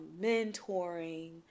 mentoring